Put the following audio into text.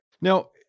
Now